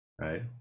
right